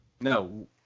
No